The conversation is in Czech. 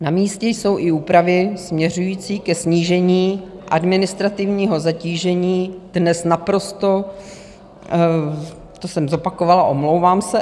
Namístě jsou i úpravy směřující ke snížení administrativního zatížení dnes naprosto... to jsem zopakovala, omlouvám se.